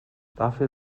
dafür